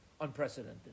Unprecedented